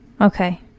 Okay